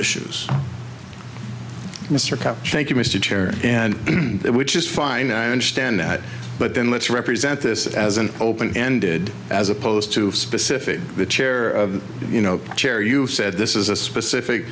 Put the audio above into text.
that which is fine i understand that but then let's represent this as an open ended as opposed to specific the chair of you know chair you said this is a specific